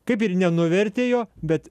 kaip ir nenuvertė jo bet